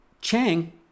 Chang